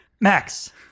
Max